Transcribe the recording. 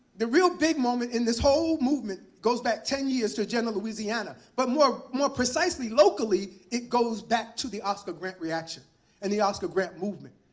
the real big moment in this whole movement goes back ten years to jena louisiana. but more more precisely locally, it goes back to the oscar grant reaction and the oscar grant movement.